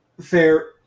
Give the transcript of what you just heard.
fair